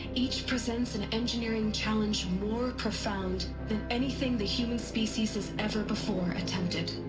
each presents an engineering challenge more profound. than anything the human species has ever before attempted